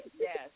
Yes